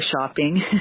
shopping